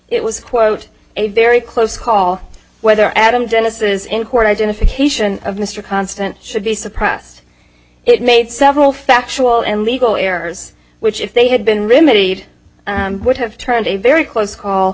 it was quote a very close call whether adam genesis's in court identification of mr constant should be suppressed it made several factual and legal errors which if they had been remedied would have turned a very close call